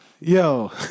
Yo